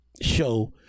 show